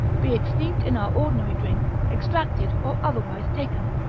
be it steeped in our ordinary drink, extracted, or otherwise taken.